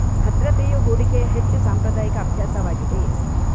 ಭದ್ರತೆಯು ಹೂಡಿಕೆಯ ಹೆಚ್ಚು ಸಾಂಪ್ರದಾಯಿಕ ಅಭ್ಯಾಸವಾಗಿದೆ